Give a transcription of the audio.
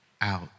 out